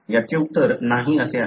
याचे उत्तर नाही असे आहे